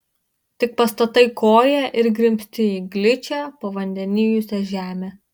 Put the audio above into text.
tik pastatai koją ir grimzti į gličią pavandenijusią žemę